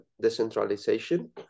decentralization